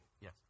Yes